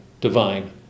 divine